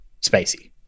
Spacey